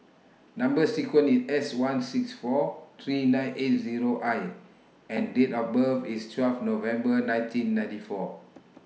Number sequence IS S one six four three nine eight Zero I and Date of birth IS twelve November nineteen ninety four